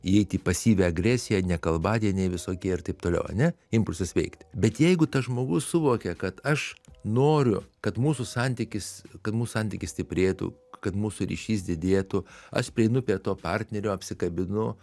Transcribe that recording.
įeiti į pasyvią agresiją nekalbadieniai visokie ir taip toliau ane impulsas veikti bet jeigu tas žmogus suvokia kad aš noriu kad mūsų santykis kad mūsų santykiai stiprėtų kad mūsų ryšys didėtų aš prieinu prie to partnerio apsikabinu